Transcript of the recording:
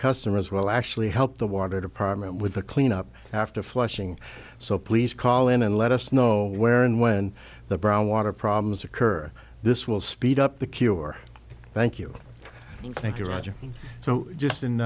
customers will actually help the water department with the cleanup after flushing so please call in and let us know where and when the brown water problems occur this will speed up the cure thank you thank you roger so just